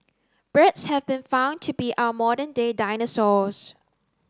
birds have been found to be our modern day dinosaurs